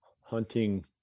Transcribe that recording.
hunting